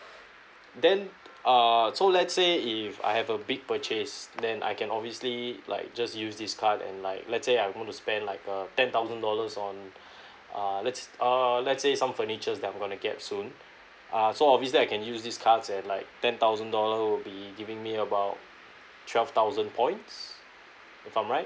then err so let's say if I have a big purchase then I can obviously like just use this card and like let's say I want to spend like uh ten thousand dollars on uh let's err let's say some furnitures that I'm going to get soon uh so obviously I can use these cards and like ten thousand dollar would be giving me about twelve thousand points if I'm right